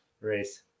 race